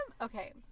okay